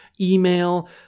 email